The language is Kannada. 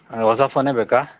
ಹಾಂ ಹೊಸ ಫೋನೇ ಬೇಕಾ